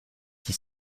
qui